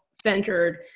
centered